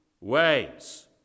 ways